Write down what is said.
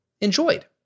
enjoyed